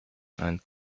and